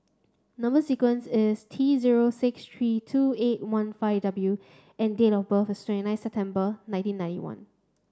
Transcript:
number sequence is T zero six three two eight one five W and date of birth is twenty nine September nineteen ninety one